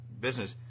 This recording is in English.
business